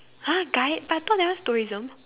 !huh! guide but I thought that one is tourism